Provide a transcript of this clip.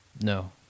No